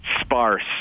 sparse